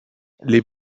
les